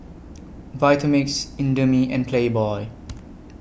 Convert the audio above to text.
Vitamix Indomie and Playboy